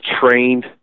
trained